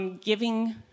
giving